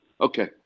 Okay